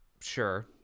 sure